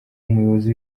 umuyobozi